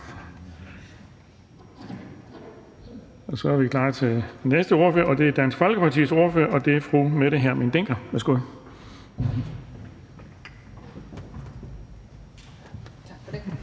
af. Så er vi klar til den næste ordfører. Det er Dansk Folkepartis ordfører, og det er fru Mette Hjermind Dencker. Værsgo. Kl.